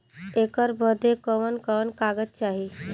ऐकर बदे कवन कवन कागज चाही?